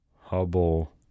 Hubble